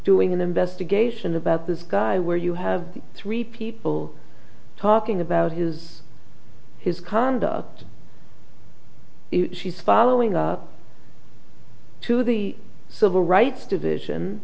doing an investigation about this guy where you have three people talking about his his conduct if she's following up to the civil rights division